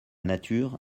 nature